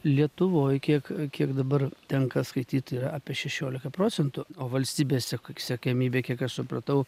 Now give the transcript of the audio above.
lietuvoj kiek kiek dabar tenka skaityt yra apie šešiolika procentų o valstybės siek siekiamybė kiek aš supratau